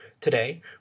Today